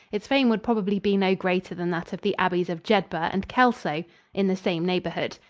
its fame would probably be no greater than that of the abbeys of jedburgh and kelso in the same neighborhood.